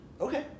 Okay